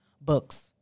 books